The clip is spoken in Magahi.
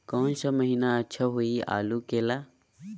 कौन सा महीना अच्छा होइ आलू के ला?